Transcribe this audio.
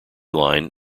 line